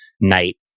night